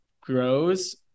grows